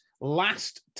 last